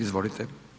Izvolite.